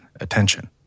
attention